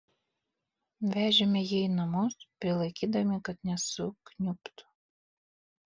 vežėme jį į namus prilaikydami kad nesukniubtų